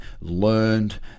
learned